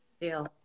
Deal